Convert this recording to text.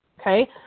okay